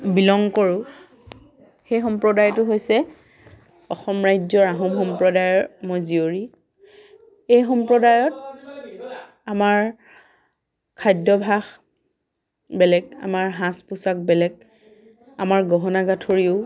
belong কৰোঁ সেই সম্প্ৰদায়টো হৈছে অসম ৰাজ্যৰ আহোম সম্প্ৰদায়ৰ মই জীয়ৰী এই সম্প্ৰদায়ত আমাৰ খাদ্যভাস বেলেগ আমাৰ সাজ পোছাক বেলেগ আমাৰ গহনা গাঁঠৰিও